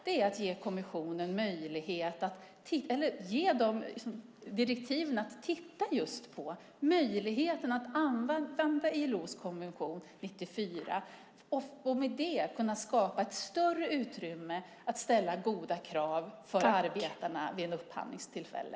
Vi vill ge kommissionen direktiv att titta just på möjligheten att använda ILO:s konvention 94 och med det kunna skapa ett större utrymme att ställa goda krav för arbetarna vid ett upphandlingstillfälle.